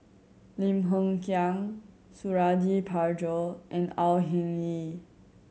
Lim Hng Kiang Suradi Parjo and Au Hing Yee